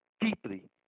deeply